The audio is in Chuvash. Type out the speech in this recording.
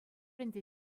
ӗнтӗ